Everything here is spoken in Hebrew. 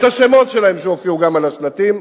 את השמות שלהם שגם הם הופיעו על השלטים,